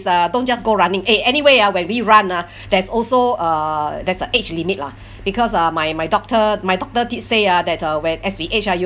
uh don't just go running eh anyway uh when we run ah there's also uh there's a age limit lah because uh my my doctor my doctor did say ah that uh when as we age uh